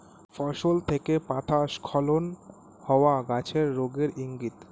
ফসল থেকে পাতা স্খলন হওয়া গাছের রোগের ইংগিত